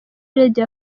radio